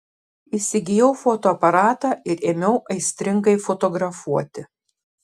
įsigijau fotoaparatą ir ėmiau aistringai fotografuoti